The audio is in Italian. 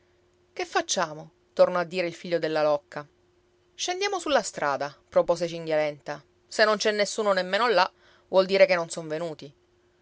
che facciamo tornò a dire il figlio della locca scendiamo sulla strada propose cinghialenta se non c'è nessuno nemmeno là vuol dire che non son venuti